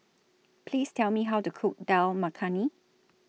Please Tell Me How to Cook Dal Makhani